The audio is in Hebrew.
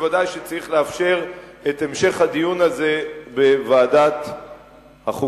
בוודאי שצריך לאפשר את המשך הדיון הזה בוועדת החוקה,